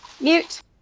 Mute